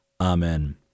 Amen